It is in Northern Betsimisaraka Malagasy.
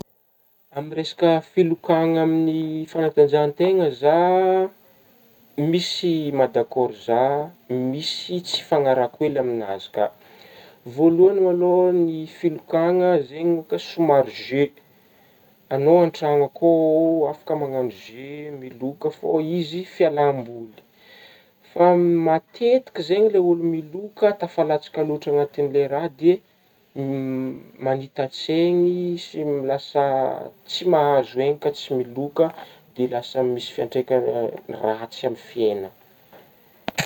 Amin'gny resaka filokana amin'gny fanatanjahategna zah misy maha dakôro zah misy tsy hifagnarahako hely amin'azy ka, voalohagny ma lô ny filokagna zegny mo ka somary jeu, agnao an-tragno akao afaka managno jeu miloka fô fa izy fialaham-boly fa matetika zegny le ôlo miloka tafalatsaka lôtra anatigny le raha de manita-tsaigny sy lasa tsy mahazo aigny ka tsy miloka de lasa misy fiatraikagny ra-ratsy amin'ny fiainagna.